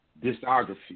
discography